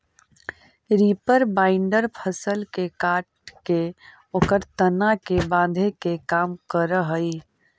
reaper binder फसल के काटके ओकर तना के बाँधे के काम करऽ हई